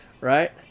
right